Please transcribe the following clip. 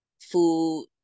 food